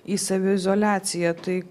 į saviizoliaciją tai